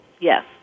Yes